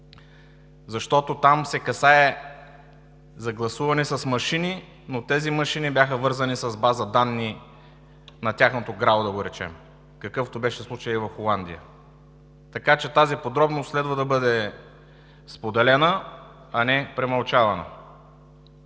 защото там се касае за гласуване с машини, но тези машини бяха вързани с база данни на тяхното ГРАО, какъвто беше случаят и в Холандия. Така че тази подробност следва да бъде споделена, а не премълчавана.